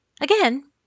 Again